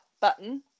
button